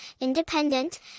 independent